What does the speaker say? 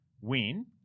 win